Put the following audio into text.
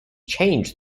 changed